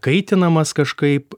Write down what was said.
kaitinamas kažkaip